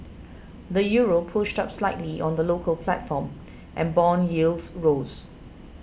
the Euro pushed up slightly on the local platform and bond yields rose